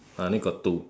I only got two